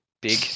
big